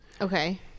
Okay